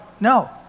No